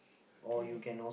okay